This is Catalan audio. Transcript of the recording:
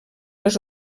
les